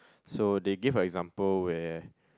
so they give a example where